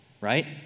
Right